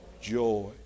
Joy